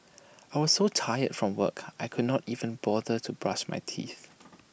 I was so tired from work I could not even bother to brush my teeth